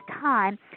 time